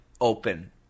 open